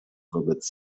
wobec